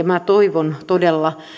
minä toivon todella